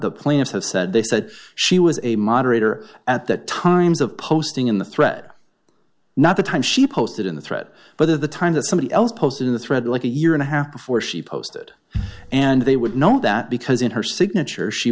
have said they said she was a moderator at that times of posting in the thread not the time she posted in the threat whether the time that somebody else posted in the thread like a year and a half before she posted and they would not that because in her signature she